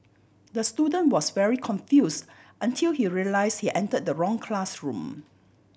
the student was very confuse until he realise he enter the wrong classroom